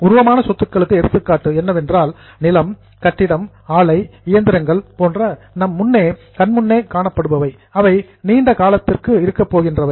உருவமான சொத்துக்களுக்கு எடுத்துக்காட்டு லேண்ட் நிலம் பில்டிங் கட்டிடம் பிளான்ட் ஆலை மிஷனரி இயந்திரங்கள் போன்ற நம் கண் முன்னே காணப்படுபவை அவை நீண்ட காலத்திற்கு இருக்கப் போகின்றவை